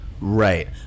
Right